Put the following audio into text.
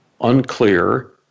unclear